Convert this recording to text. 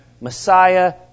Messiah